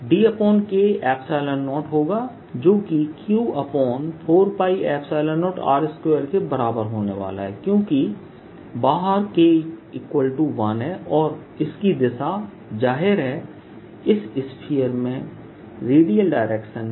E DK0 होगा जो कि Q4π0r2 के बराबर होने वाला है क्योंकि बाहर K1 है और इसकी दिशा जाहिर है इस स्फीयर में रेडियल डायरेक्शन में होगी